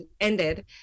ended